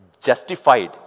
justified